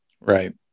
right